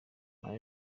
nta